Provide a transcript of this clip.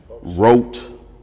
Wrote